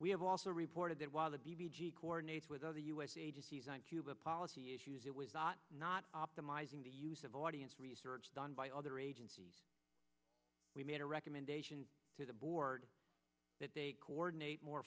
we have also reported that while the b g coordinates with other u s agencies on cuba policy issues it was not not optimizing the use of audience research done by other agencies we made a recommendation to the board that they coordinate more